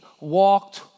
walked